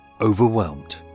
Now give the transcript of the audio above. Overwhelmed